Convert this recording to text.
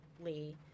Lee